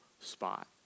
spot